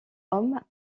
hommes